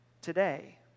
today